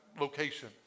location